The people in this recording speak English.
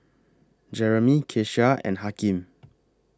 Jeremy Keshia and Hakeem